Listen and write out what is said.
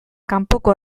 kanpoko